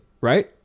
right